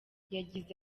yagize